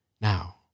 Now